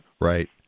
Right